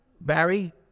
Barry